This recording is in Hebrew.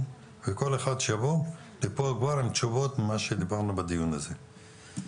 וכל אחד שיבוא לפה כבר עם תשובות על מה שדיברנו בדיון הזה.